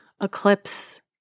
eclipse